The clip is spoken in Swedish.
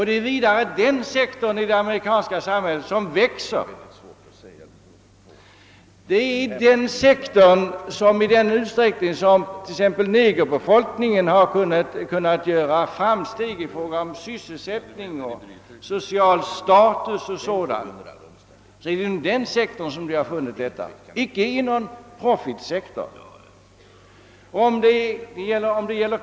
Det är inom denna sektor och inte inom profit-sektorn som t.ex. negerbefolkningen har kunnat göra framsteg i fråga om sysselsättning, social status etc.